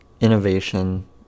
innovation